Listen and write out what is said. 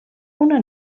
una